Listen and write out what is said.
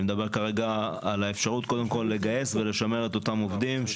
אני מדבר כרגע על האפשרות קודם כל לגייס ולשמר את אותם עובדים,